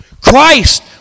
Christ